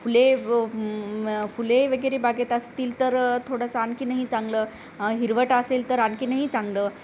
फुले फुले वगैरे बागेत असतील तर थोडंसं आणखीनही चांगलं हिरवट असेल तर आणखीनही चांगलं